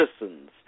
citizens